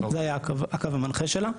זה היה הקו המנחה שלה.